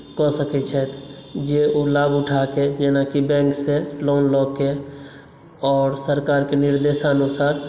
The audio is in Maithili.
कऽ सकैत छथि जे ओ लाभ उठा कऽ जेनाकि बैंकसँ लोन लऽ कऽ आओर सरकारके निर्देशानुसार